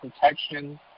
protection